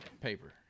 paper